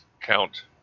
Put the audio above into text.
count